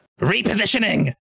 Repositioning